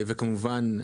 וכמובן,